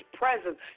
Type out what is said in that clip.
presence